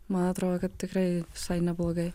man atrodo kad tikrai visai neblogai